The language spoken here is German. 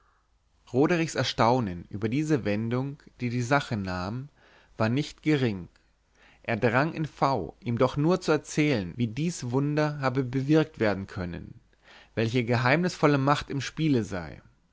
roderichs erstaunen über diese wendung die die sache nahm war nicht gering er drang in v ihm doch nur zu erklären wie dies wunder habe bewirkt werden können welche geheimnisvolle macht im spiele sei